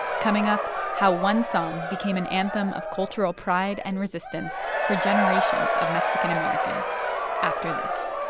coming up how one song became an anthem of cultural pride and resistance for generations of mexican americans after this